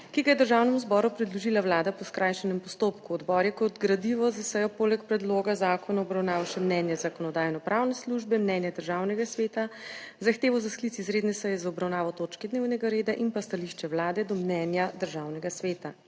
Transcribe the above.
ki ga je Državnemu zboru predložila Vlada po skrajšanem postopku. Odbor je kot gradivo za sejo poleg predloga zakona obravnaval še mnenje Zakonodajno-pravne službe, mnenje Državnega sveta, zahtevo za sklic izredne seje za obravnavo točke dnevnega reda in pa stališče Vlade do mnenja Državnega sveta.